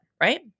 right